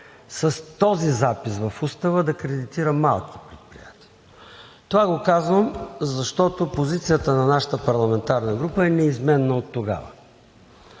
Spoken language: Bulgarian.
с този запис в Устава да кредитира малки предприятия. Това го казвам, защото позицията на нашата парламентарна група е неизменна оттогава.